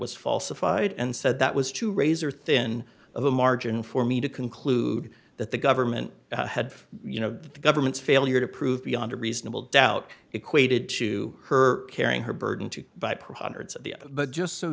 was falsified and said that was too razor thin margin for me to conclude that the government had you know the government's failure to prove beyond a reasonable doubt equated to her carrying her burden to buy